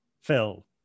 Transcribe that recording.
Phil